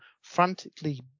frantically